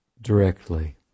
directly